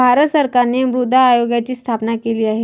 भारत सरकारने मृदा आरोग्याची स्थापना केली आहे